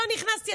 לא נכנסתי,